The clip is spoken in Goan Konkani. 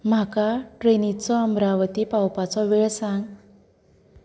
म्हाका ट्रेनिचो अमरावती पावपाचो वेळ सांग